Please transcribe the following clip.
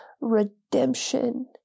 redemption